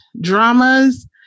dramas